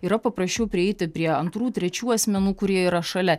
yra paprasčiau prieiti prie antrų trečių asmenų kurie yra šalia